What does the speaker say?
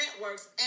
networks